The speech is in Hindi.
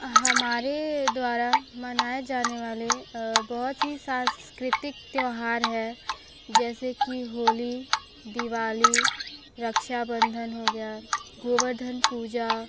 हमारे द्वारा मनाया जाने वाले बहुत सी सांस्कृतिक त्यौहार है जैसे कि होली दिवाली रक्षाबंधन हो गया गोवर्धन पूजा